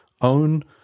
own